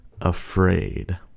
afraid